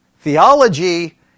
Theology